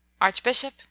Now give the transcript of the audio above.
Archbishop